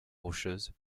rocheuses